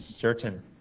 certain